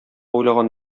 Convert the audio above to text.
уйлаган